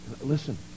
Listen